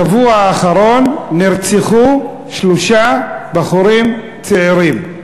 בשבוע האחרון נרצחו שלושה בחורים צעירים: